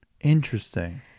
Interesting